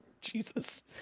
Jesus